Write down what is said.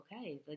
okay